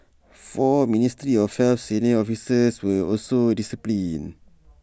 four ministry of health senior officers were also disciplined